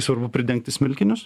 svarbu pridengti smilkinius